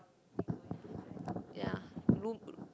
ya